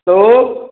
hello